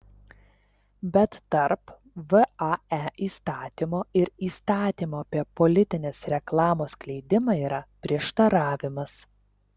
bet tarp vae įstatymo ir įstatymo apie politinės reklamos skleidimą yra prieštaravimas